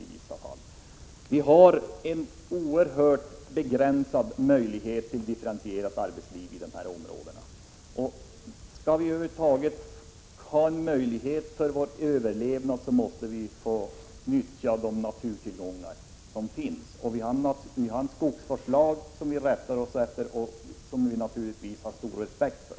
Dessa områden har en oerhört begränsad möjlighet till ett differentierat arbetsliv, och skall vi över huvud taget ha någon överlevnadsmöjlighet måste vi få nyttja de naturtillgångar som finns. Och vi har en skogsvårdslag, som vi naturligtvis respekterar och rättar oss efter.